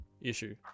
Issue